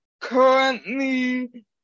currently